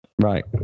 Right